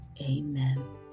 Amen